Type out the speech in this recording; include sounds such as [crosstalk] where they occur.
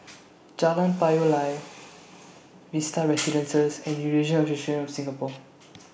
[noise] Jalan Payoh Lai Vista Residences and Eurasian Association of Singapore